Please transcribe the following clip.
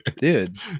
dude